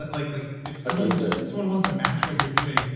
like like if someone so someone wants to match what you're doing,